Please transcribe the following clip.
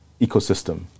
ecosystem